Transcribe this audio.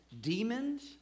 demons